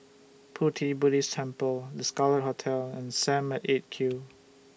Pu Ti Buddhist Temple The Scarlet Hotel and SAM At eight Q